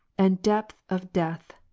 and depth of death!